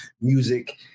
music